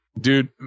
dude